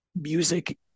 music